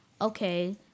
okay